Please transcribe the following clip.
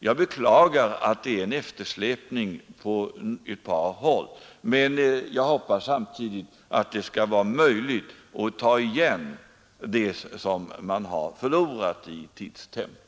Jag beklagar eftersläpningen på ett par håll, men hoppas samtidigt att det skall vara möjligt att ta igen vad man har förlorat i tidstempo.